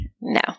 No